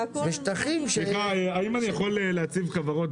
איך אני יכול להיכנס לשוק?